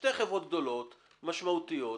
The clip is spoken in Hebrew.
שתי חברות גדולות, משמעותיות.